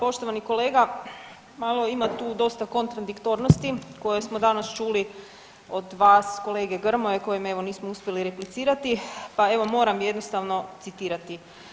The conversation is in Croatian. Poštovani kolega malo ima tu dosta kontradiktornosti koje smo danas čuli od vas i kolege Grmoje kojem evo nismo uspjeli replicirati, pa evo moram jednostavno citirati.